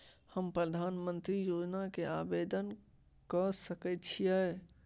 हम प्रधानमंत्री योजना के आवेदन कर सके छीये?